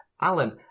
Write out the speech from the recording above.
Alan